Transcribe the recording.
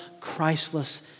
Christless